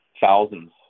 Thousands